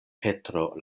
petro